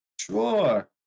Sure